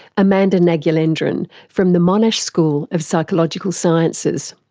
amanda nagulendran from the monash school of psychological sciences.